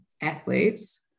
athletes